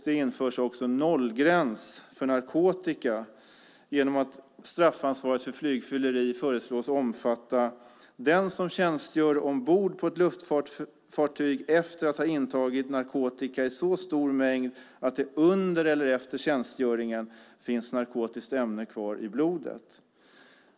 Det införs också en nollgräns för narkotika genom att straffansvaret för flygfylleri föreslås omfatta den som tjänstgör ombord på ett luftfartyg efter att ha intagit narkotika i så stor mängd att det under eller efter tjänstgöringen finns narkotiskt ämne kvar i blodet.